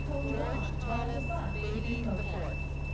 george thomas beatty the the fourth.